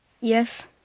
Yes